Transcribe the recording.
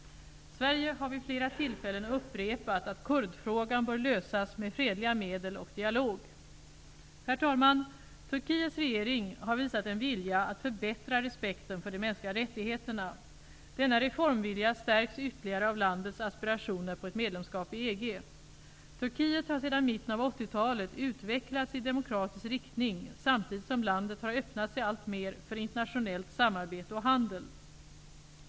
Sverige har vid flera tillfällen upprepat att kurdfrågan bör lösas med fredliga medel och dialog. Herr talman! Turkiets regering har visat en vilja att förbättra respekten för de mänskliga rättigheterna. Denna reformvilja stärks ytterligare av landets aspirationer på ett medlemskap i EG. Turkiet har sedan mitten av 80-talet utvecklats i demokratisk riktning samtidigt som landet har öppnat sig alltmer för internationellt samarbete och handel.